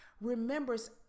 remembers